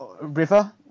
River